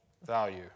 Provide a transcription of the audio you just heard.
Value